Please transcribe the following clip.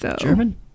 German